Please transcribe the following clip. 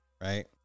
right